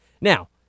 Now